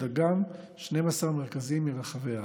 אשר דגם 12 מרכזים מרחבי הארץ.